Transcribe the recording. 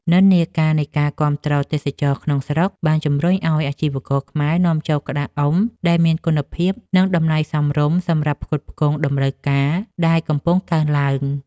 និន្នាការនៃការគាំទ្រទេសចរណ៍ក្នុងស្រុក បានជំរុញឱ្យអាជីវករខ្មែរនាំចូលក្តារអុំដែលមានគុណភាព និងតម្លៃសមរម្យសម្រាប់ផ្គត់ផ្គង់តម្រូវការដែលកំពុងកើនឡើង។